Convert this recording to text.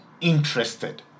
interested